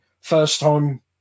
first-time